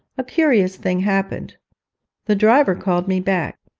a curious thing happened the driver called me back.